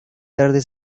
tarde